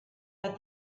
but